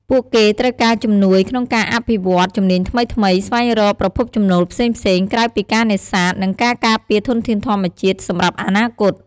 ពួកគេត្រូវការជំនួយក្នុងការអភិវឌ្ឍន៍ ជំនាញថ្មីៗ ស្វែងរក ប្រភពចំណូលផ្សេងៗ ក្រៅពីការនេសាទ និងការការពារធនធានធម្មជាតិ សម្រាប់អនាគត។